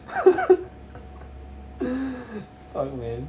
fuck man